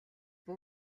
буу